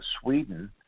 Sweden